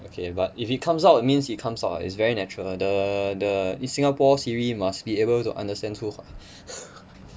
okay but if it comes out means it comes out ah it's very natural the the in singapore siri must be able to understand 粗话